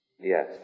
Yes